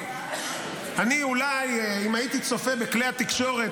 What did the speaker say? אם הייתי צופה בכלי התקשורת,